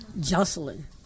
Jocelyn